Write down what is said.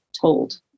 told